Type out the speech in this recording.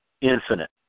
infinite